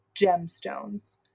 gemstones